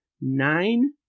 nine